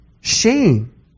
Shame